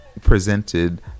presented